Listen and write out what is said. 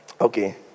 Okay